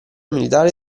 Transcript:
militare